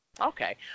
Okay